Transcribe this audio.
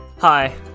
Hi